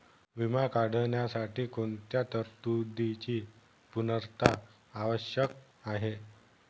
विमा काढण्यासाठी कोणत्या तरतूदींची पूर्णता आवश्यक आहे?